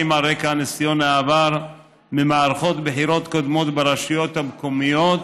על רקע ניסיון העבר ממערכות בחירות קודמות ברשויות המקומיות,